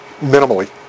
minimally